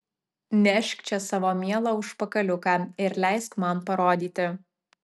nešk čia savo mielą užpakaliuką ir leisk man parodyti